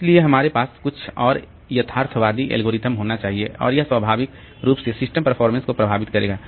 इसलिए हमारे पास कुछ और यथार्थवादी एल्गोरिदम होना चाहिए और यह स्वाभाविक रूप से सिस्टम परफारमेंस को प्रभावित करेगा